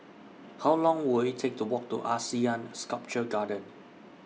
How Long Will IT Take to Walk to Asean Sculpture Garden